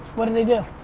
what did they do?